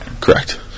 Correct